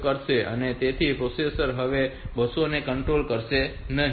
તેથી પ્રોસેસર હવે બસો ને કંટ્રોલ કરશે નહીં